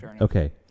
okay